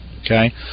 Okay